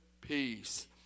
peace